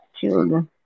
children